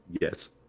Yes